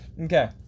Okay